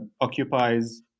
occupies